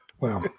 Wow